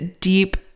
deep